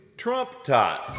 Trump-tot